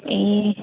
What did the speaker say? ए